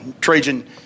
Trajan